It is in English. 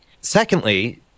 Secondly